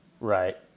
Right